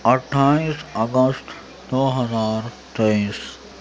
اٹھائیس اگست دو ہزار تئیس